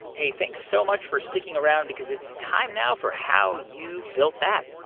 hey, thanks so much for sticking around because it's time now for how you built that.